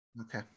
okay